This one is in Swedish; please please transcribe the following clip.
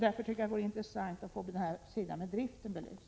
Därför vore det intressant att få det här med driften belyst.